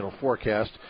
forecast